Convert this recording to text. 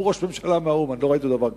הוא ראש ממשלה מהאו"ם, לא ראיתי דבר כזה,